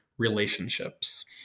Relationships